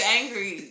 angry